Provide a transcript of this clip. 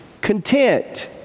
content